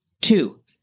Two